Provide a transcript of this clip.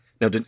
now